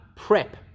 Prep